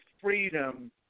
freedom